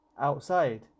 outside